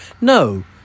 No